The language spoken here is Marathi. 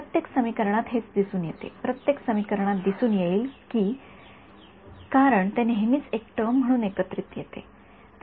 प्रत्येक समीकरणात हेच दिसून येते प्रत्येक समीकरणात दिसून येईल कारण ते नेहमीच एक टर्म म्हणून एकत्र येते